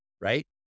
right